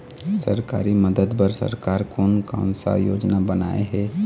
सरकारी मदद बर सरकार कोन कौन सा योजना बनाए हे?